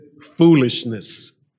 foolishness